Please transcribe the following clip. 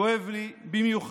כואב לי במיוחד